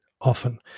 often